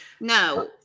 No